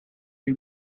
you